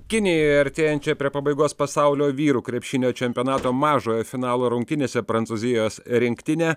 kinijoje artėjančią prie pabaigos pasaulio vyrų krepšinio čempionato mažojo finalo rungtynėse prancūzijos rinktinė